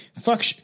fuck